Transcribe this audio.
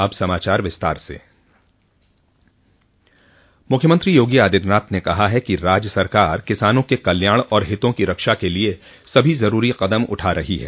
अब समाचार विस्तार से मुख्यमंत्री योगी आदित्यनाथ ने कहा है कि राज्य सरकार किसानों के कल्याण और हितों को रक्षा के लिए सभी ज़रूरी क़दम उठा रही है